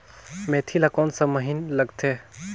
मेंथी ला कोन सा महीन लगथे?